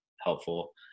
helpful